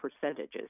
percentages